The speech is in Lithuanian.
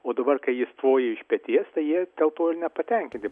o dabar kai jis stoja iš peties tai jie dėl to ir nepatenkinti